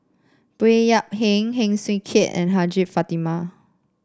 Baey Yam Keng Heng Swee Keat and Hajjah Fatimah